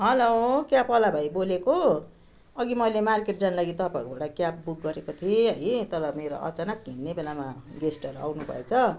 hello cab वाला भाइ बोलेको अघि मैले मार्केट जान लागि तपाईँहरूकोबाट क्याब बुक गरेको थिएँ है तर मेरो अचानक हिँड्ने बेलामा गेस्टहरू आउनुभएछ